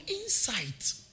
insight